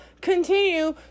continue